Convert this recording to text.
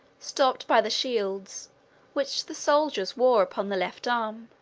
stopped by the shields which the soldiers wore upon the left arm,